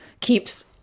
keeps